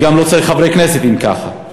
וגם לא צריך חברי כנסת, אם ככה.